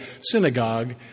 synagogue